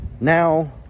now